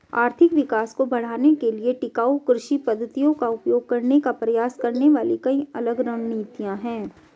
आर्थिक विकास को बढ़ाने के लिए टिकाऊ कृषि पद्धतियों का उपयोग करने का प्रयास करने वाली कई अलग रणनीतियां हैं